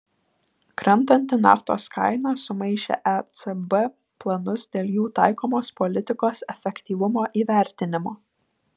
krentanti naftos kaina sumaišė ecb planus dėl jų taikomos politikos efektyvumo įvertinimo